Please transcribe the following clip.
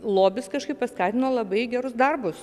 lobis kažkaip paskatino labai gerus darbus